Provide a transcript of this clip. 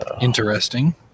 Interesting